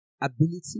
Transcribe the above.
ability